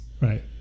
Right